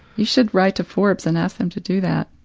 you should write to forbes and ask them to do that.